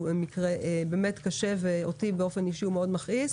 מקרה באמת קשה ואותי באופן אישי הוא מאוד מכעיס.